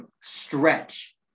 stretch